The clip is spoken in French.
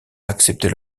accepter